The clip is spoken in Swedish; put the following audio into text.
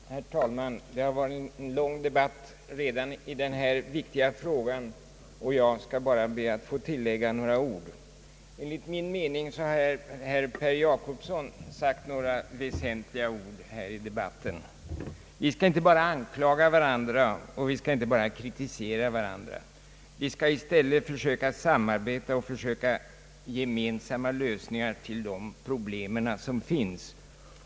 Herr talman! Det har redan varit en lång debatt i denna viktiga fråga, och jag skall bara be att få tillägga några ord. Enligt min mening har herr Per Jacobsson sagt några väsentliga ord i den här debatten: Vi skall inte bara anklaga och kritisera varandra utan vi skall i stället försöka samarbeta och söka nå gemensamma lösningar på de problem som finns.